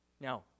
Now